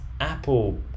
Apple